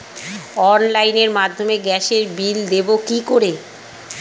অনলাইনের মাধ্যমে গ্যাসের বিল দেবো কি করে?